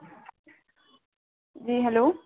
جی hello